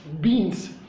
beans